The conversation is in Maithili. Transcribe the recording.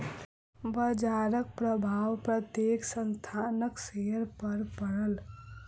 बजारक प्रभाव प्रत्येक संस्थानक शेयर पर पड़ल